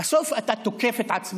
בסוף אתה תוקף את עצמך.